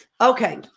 Okay